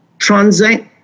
Transact